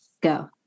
Go